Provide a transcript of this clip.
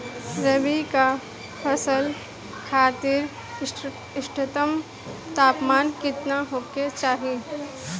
रबी क फसल खातिर इष्टतम तापमान केतना होखे के चाही?